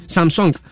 Samsung